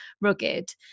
rugged